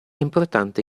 importante